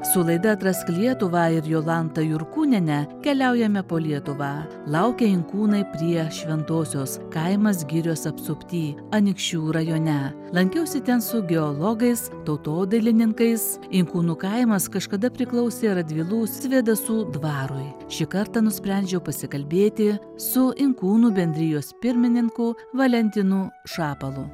su laida atrask lietuvą ir jolanta jurkūniene keliaujame po lietuvą laukia inkūnai prie šventosios kaimas girios apsupty anykščių rajone lankiausi ten su geologais tautodailininkais inkūnų kaimas kažkada priklausė radvilų svėdasų dvarui šį kartą nusprendžiau pasikalbėti su inkūnų bendrijos pirmininku valentinu šapalu